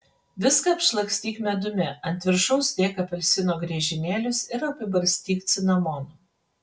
viską apšlakstyk medumi ant viršaus dėk apelsino griežinėlius ir apibarstyk cinamonu